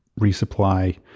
resupply